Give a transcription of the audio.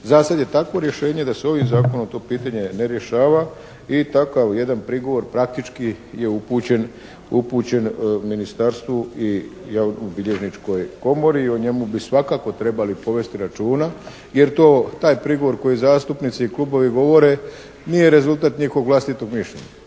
za sad je takvo rješenje da se ovim Zakonom to pitanje ne rješava i takav jedan prigovor praktički je upućen Ministarstvu i javnobilježničkoj komori i o njemu bi svakako trebali povesti računa jer to, taj prigovor koji zastupnici i klubovi govore nije rezultat njihovog vlastitog mišljenja